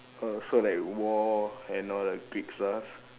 oh so like war and all the Greek stuff